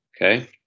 Okay